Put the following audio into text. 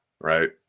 Right